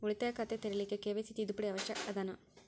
ಉಳಿತಾಯ ಖಾತೆ ತೆರಿಲಿಕ್ಕೆ ಕೆ.ವೈ.ಸಿ ತಿದ್ದುಪಡಿ ಅವಶ್ಯ ಅದನಾ?